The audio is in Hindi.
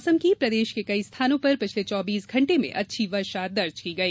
मौसम प्रदेश के कई स्थानों पर पिछले चौबीस घण्टे में अच्छी वर्षा दर्ज की गई